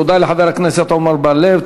תודה לחבר הכנסת עמר בר-לב,